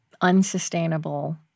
unsustainable